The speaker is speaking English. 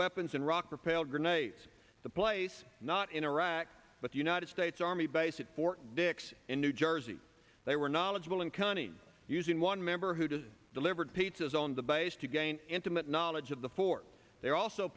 weapons in iraq propelled grenades the place not in iraq but the united states army base at fort dix in new jersey they were knowledgeable in county using one member who just delivered pizzas on the base to gain intimate knowledge of the fort they're also